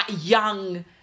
young